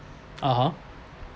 ah